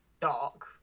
dark